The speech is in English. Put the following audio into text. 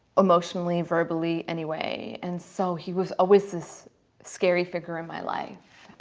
emotionally verbally anyway and so he was always this scary figure in my life